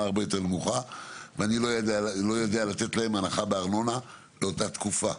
הרבה יותר נמוכה ואני לא יודע לתת להם הנחה בארנונה לאותה תקופה,